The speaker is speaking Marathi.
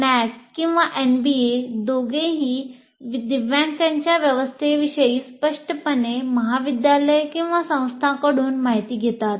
NAAC आणि NBA दोघेही दिव्यांगांच्या व्यवस्थेविषयी स्पष्टपणे महाविद्यालये संस्थांकडून माहिती घेतात